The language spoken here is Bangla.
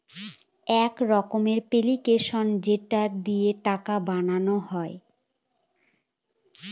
এক রকমের এপ্লিকেশান যেটা দিয়ে টাকা পাঠানো হয়